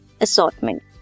assortment